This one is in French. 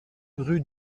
rue